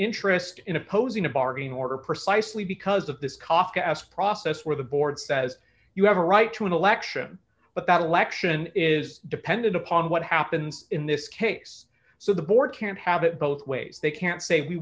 interest in opposing a bargain or precisely because of this kafkaesque process where the board says you have a right to an election but that election is dependent upon what happens in this case so the board can't have it both ways they can't say we